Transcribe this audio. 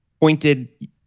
pointed –